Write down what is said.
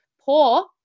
poor